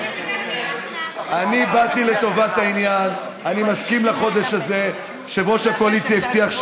תעשה ביטוח נגד פיזור הכנסת.